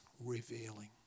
revealing